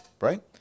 Right